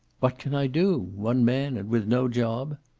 what can i do? one man, and with no job.